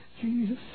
Jesus